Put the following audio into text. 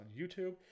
YouTube